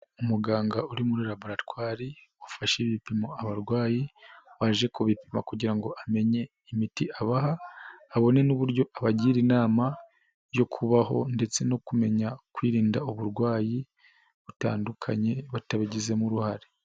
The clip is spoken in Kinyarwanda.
Umuganga uri muri laboratwari, ufashe ibipimo abarwayi, waje kubipima kugira ngo amenye imiti abaha, abone n'uburyo abagira inama, yo kubaho ndetse no kumenya kwirinda uburwayi, butandukanye batabigizemo uruhare.